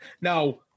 Now